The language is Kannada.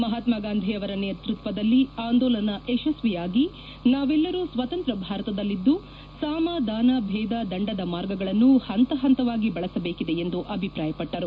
ಮಹಾತ್ಮಾ ಗಾಂಧಿ ಅವರ ನೇತೃತ್ವದಲ್ಲಿ ಆಂದೋಲನ ಯಶಸ್ವಿಯಾಗಿ ನಾವೆಲ್ಲರೂ ಸ್ವತಂತ್ರ ಭಾರತದಲ್ಲಿದ್ದು ಸಾಮ ದಾನ ಭೇದ ದಂಡದ ಮಾರ್ಗಗಳನ್ನು ಪಂತ ಪಂತವಾಗಿ ಬಳಸಬೇಕಿದೆ ಎಂದು ಅಭಿಪ್ರಾಯಪಟ್ಟರು